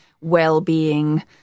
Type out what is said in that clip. well-being